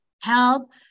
help